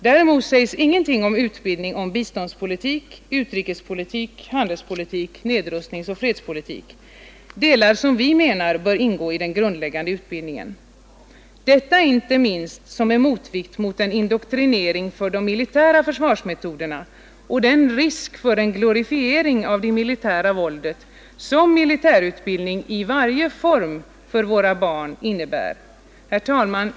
Däremot sägs ingenting om utbildning i biståndspolitik, utrikespolitik, handelspolitik samt nedrustningsoch fredspolitik, delar som vi menar bör ingå i den grundläggande utbildningen, detta inte minst som en motvikt mot den indoktrinering för de militära försvarsmetoderna och den risk för en glorifiering av det militära våldet som militärutbildning i varje form för våra barn innebär. Herr talman!